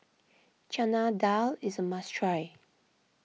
Chana Dal is a must try